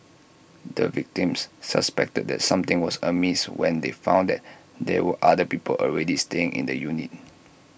the victims suspected that something was amiss when they found that there were other people already staying in the unit